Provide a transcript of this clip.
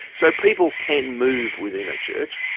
so people can move within a church.